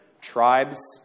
tribes